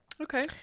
okay